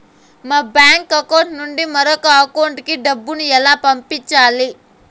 మా bank account నుండి మరొక అకౌంట్ కు డబ్బును ఎలా పంపించాలి